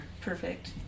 Perfect